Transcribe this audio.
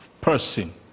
person